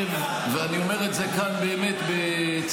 ואני אומר את זה כאן באמת בצער,